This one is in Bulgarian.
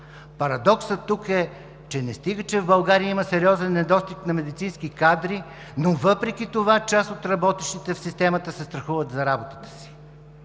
Парадоксът тук е, че не стига, че в България има сериозен недостиг на медицински кадри, но въпреки това част от работещите в системата се страхуват за работата си.